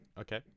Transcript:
Okay